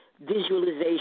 visualization